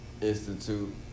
institute